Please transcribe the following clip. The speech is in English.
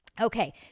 Okay